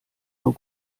nur